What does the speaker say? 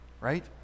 right